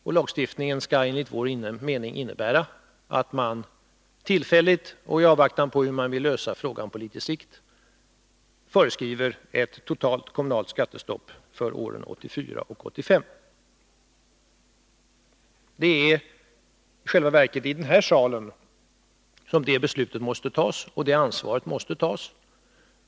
Den lagstiftning vi vill ha till stånd skall innebära att man tillfälligt och i avvaktan på en mera långsiktig lösning av problemen föreskriver ett totalt kommunalt skattestopp för åren 1984 och 1985. Det är i själva verket här i salen som det beslutet och det ansvaret måste tas.